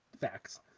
facts